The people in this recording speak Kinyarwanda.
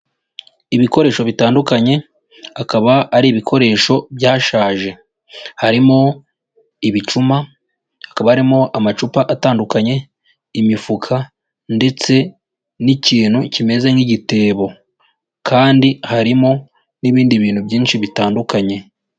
Ibikoresho bitandukanye akaba ari ibikoresho byashaje harimo ibicuma, hakaba arimo amacupa atandukanye, imifuka ndetse n'ikintu kimeze nk'igitebo, kandi harimo n'ibindi bintu byinshi bitandukanye.